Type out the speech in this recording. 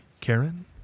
Karen